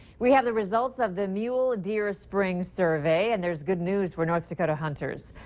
we have the results of the mule deer spring survey. and there's good news for north dakota hunters.